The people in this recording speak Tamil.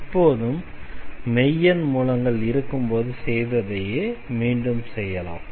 இப்போதும் மெய்யெண் மூலங்கள் இருக்கும்போது செய்ததையே மீண்டும் செய்யலாம்